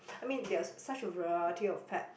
I mean there are such a variety of pet